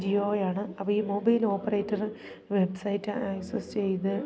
ജിയോയാണ് അപ്പോൾ ഈ mobile operator website access ചെയ്ത്